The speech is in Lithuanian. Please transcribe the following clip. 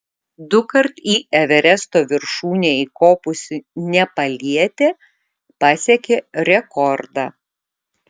dukart į everesto viršūnę įkopusi nepalietė pasiekė rekordą